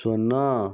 ଶୂନ